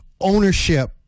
ownership